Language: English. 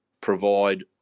provide